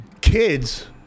kids